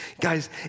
Guys